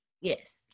yes